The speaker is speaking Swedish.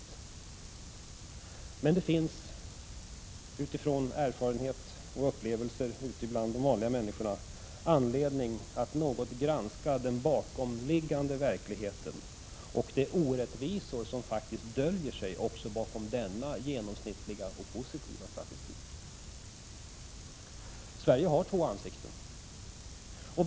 Det finns emellertid anledning att på grundval av erfarenheter och upplevelser ute bland de vanliga människorna något granska den bakomliggande verkligheten och de orättvisor som faktiskt döljer sig också bakom denna genomsnittliga, positiva statistik. Sverige har två ansikten.